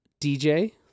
DJ